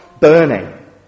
burning